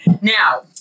Now